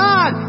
God